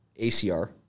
ACR